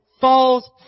falls